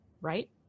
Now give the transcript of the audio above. Right